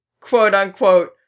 quote-unquote